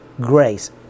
grace